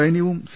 സൈന്യവും സി